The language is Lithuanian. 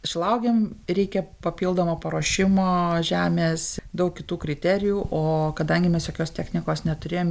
šilauogėm reikia papildomo paruošimo žemės daug kitų kriterijų o kadangi mes jokios technikos neturėjom